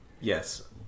Yes